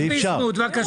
בועז ביסמוט, בבקשה.